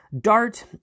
dart